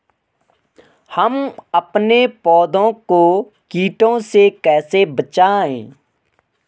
हम अपने पौधों को कीटों से कैसे बचाएं?